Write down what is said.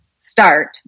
start